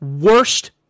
Worst